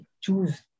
choose